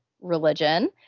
religion